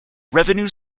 revenue